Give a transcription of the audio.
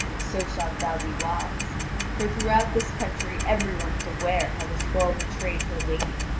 and so shalt thou be wise for throughout this country every one is aware how this girl betrayed her lady,